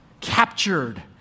captured